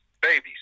babies